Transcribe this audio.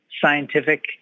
scientific